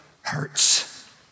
hurts